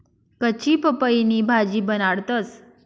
कच्ची पपईनी भाजी बनाडतंस